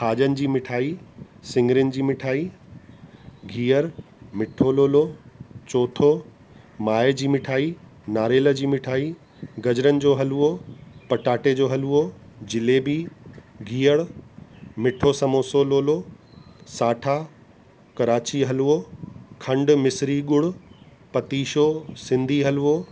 खाॼनि जी मिठाई सिङिरियुनि जी मिठाई गिहरु मिठो लोलो चोथो माए जी मिठाई नारेल जी मिठाई गजरनि जो हलिवो पटाटे जो हलिवो जिलेबी गिहरु मिठो संबोसो लोलो साठा कराची हलिवो खंड मिसिरी ॻुड़ु पतीशो सिंधी हलिवो